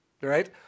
right